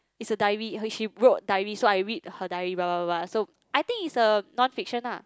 is a diary he she wrote so I read her diary blah blah blah so I think is a non fiction lah